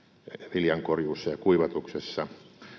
viljankorjuussa ja ja kuivatuksessa